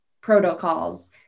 protocols